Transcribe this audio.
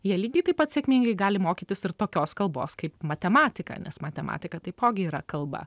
jie lygiai taip pat sėkmingai gali mokytis ir tokios kalbos kaip matematika nes matematika taipogi yra kalba